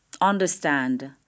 understand